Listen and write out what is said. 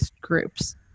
groups